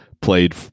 played